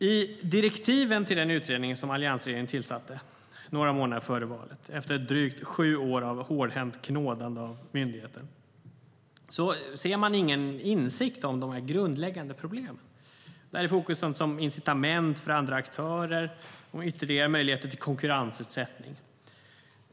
I direktiven till den utredning som alliansregeringen tillsatte, några månader före valet efter drygt sju år av hårdhänt knådande av myndigheten, kan man inte se någon insikt om de grundläggande problemen. Där är fokus på sådant som incitament för andra aktörer och ytterligare möjligheter till konkurrensutsättning.